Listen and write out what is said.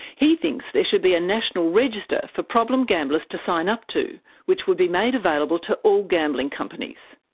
he thinks there should be a national register for problem gamblers to sign up to which would be made available to all gambling companies.